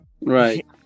right